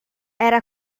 era